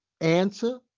answer